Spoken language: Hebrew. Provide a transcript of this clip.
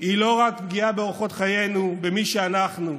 היא לא רק פגיעה באורחות חיינו, במי שאנחנו,